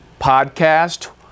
podcast